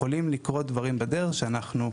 יכולים לקרות דברים בדרך שאנחנו,